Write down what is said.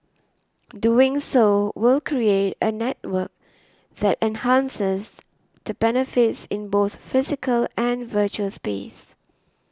doing so will create a network that enhances the benefits in both physical and virtual space